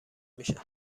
میشن